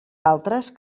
altres